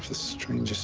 strangest